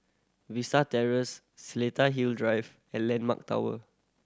Vista Terrace Seletar Hill Drive and Landmark Tower